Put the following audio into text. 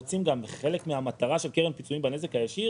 חלק מהמטרה של קרן פיצויים בנזק הישיר